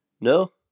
No